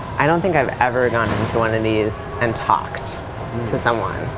i don't think i've ever gone into one of these and talked to someone.